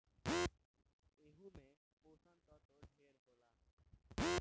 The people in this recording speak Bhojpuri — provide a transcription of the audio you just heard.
एहू मे पोषण तत्व ढेरे होला